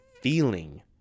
feeling